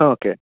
okay